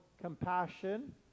compassion